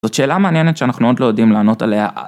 זאת שאלה מעניינת שאנחנו עוד לא יודעים לענות עליה.